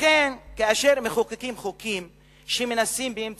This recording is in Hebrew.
לכן, כאשר מחוקקים חוקים שבאמצעותם